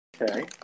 Okay